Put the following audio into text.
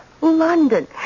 London